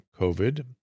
COVID